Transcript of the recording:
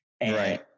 Right